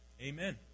Amen